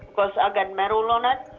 but ah got metal on it.